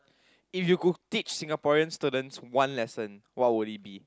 if you could teach Singaporean students one lessons what would it be